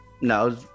No